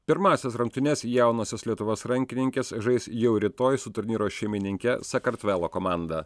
pirmąsias rungtynes jaunosios lietuvos rankininkės žais jau rytoj su turnyro šeimininke sakartvelo komanda